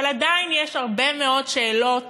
אבל עדיין יש הרבה מאוד שאלות